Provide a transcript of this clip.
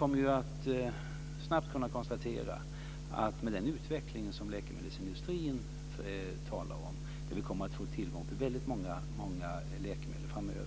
Men vi kan konstatera att den utveckling som läkemedelsindustrin talar om innebär att vi framöver kommer att få tillgång till väldigt många läkemedel